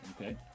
Okay